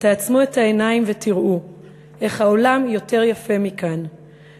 תעצמו את העיניים ותראו,/ איך העולם יותר יפה מכאן./